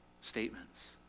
statements